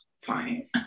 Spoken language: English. fine